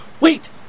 Wait